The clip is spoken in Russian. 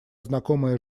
знакомая